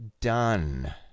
done